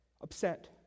upset